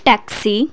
taxi